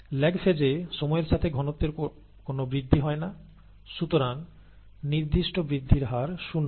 lag phase' এ সময়ের সাথে ঘনত্বের কোন বৃদ্ধি হয় না সুতরাং নির্দিষ্ট বৃদ্ধির হার শূন্য